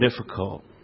difficult